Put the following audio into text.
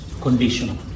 conditional